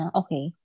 okay